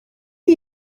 are